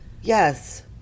yes